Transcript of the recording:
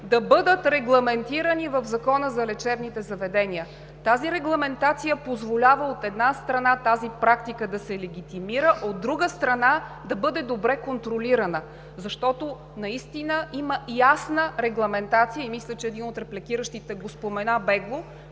да бъдат регламентирани в Закона за лечебните заведения. Тази регламентация позволява, от една страна, практиката да се легитимира, от друга страна, да бъде добре контролирана. Защото наистина има ясна регламентация – мисля, че един от репликиращите го спомена бегло